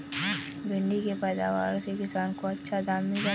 भिण्डी के पैदावार से किसान को अच्छा दाम मिल जाता है